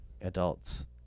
adults